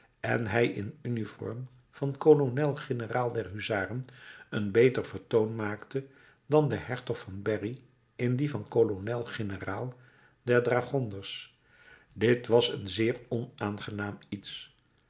en hij in zijn uniform van kolonel generaal der huzaren een beter vertoon maakte dan de hertog van berry in die van kolonel generaal der dragonders dit was een zeer onaangenaam iets